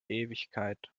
ewigkeit